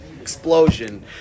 explosion